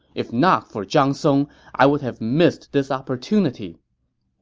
if not for zhang song, i would have missed this opportunity.